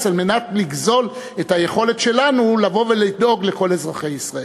כדי לגזול את היכולת שלנו לבוא ולדאוג לכל אזרחי ישראל.